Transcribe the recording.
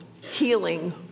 healing